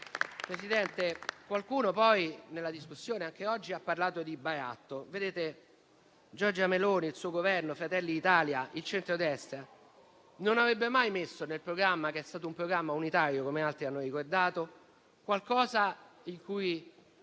Presidente, qualcuno anche nella discussione odierna ha parlato di baratto. Giorgia Meloni, il suo Governo, Fratelli d'Italia e il centrodestra non avrebbero mai messo nel programma, che è stato unitario - come altri hanno ricordato - qualcosa in cui